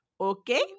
okay